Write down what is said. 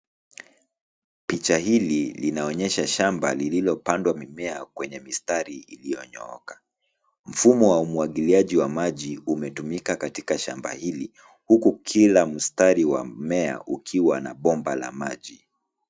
Picha hili linaonyesha shamba lililopandwa mimea kwenye mistari iliyonyooka. Mfumo wa umwagiliaji wa maji umetumika katika shamba hili huku kila mstari wa mmea ukiwa na bomba la maji.